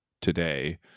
today